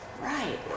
Right